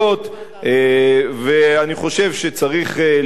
ואני חושב שצריך להעריך,